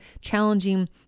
challenging